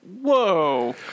whoa